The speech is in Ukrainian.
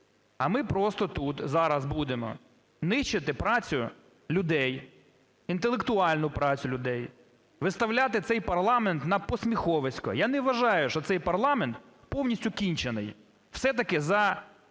А ми просто тут зараз будемо нищити працю людей, інтелектуальну працю людей, виставляти цей парламент на посміховисько. Я не вважаю, що цей парламент повністю кінчений, все-таки за